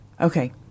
Okay